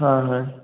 হয় হয়